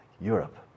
Europe